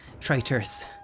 Traitors